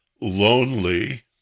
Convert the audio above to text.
lonely